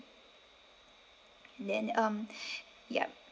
and then um yup